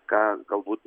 ką galbūt